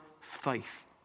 faith